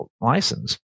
license